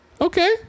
Okay